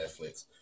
Netflix